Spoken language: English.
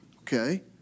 okay